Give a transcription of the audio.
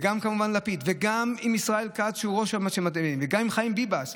וגם עם ישראל כץ, שהוא ראש, וגם עם חיים ביבס.